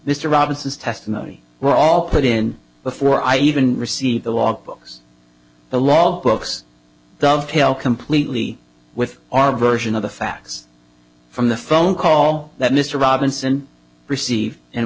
mr robinson's testimony were all put in before i even received the logbooks the logbooks dovetail completely with our version of the facts from the phone call that mr robinson received and